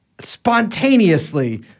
spontaneously